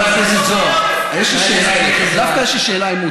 גברתי היושבת-ראש.